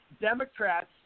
Democrats